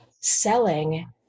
selling